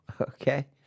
okay